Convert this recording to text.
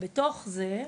ובתוך זה,